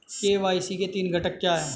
KYC के तीन घटक क्या हैं?